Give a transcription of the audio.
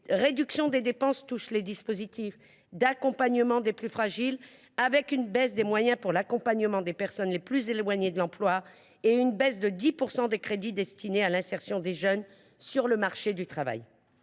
réduction des dépenses touche les dispositifs d’accompagnement des plus fragiles, avec une baisse des moyens alloués à l’accompagnement des personnes les plus éloignées de l’emploi et une baisse de 10 % des crédits destinés à l’insertion des jeunes sur le marché du travail.